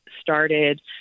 started